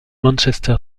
manchester